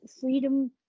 freedom